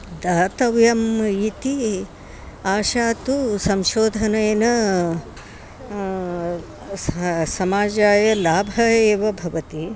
दातव्यम् इति आशा तु संशोधनेन समाजाय लाभः एव भवति